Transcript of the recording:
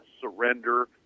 surrender